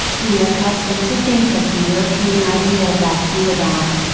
we are accustomed to think of the european idea of asking a dot,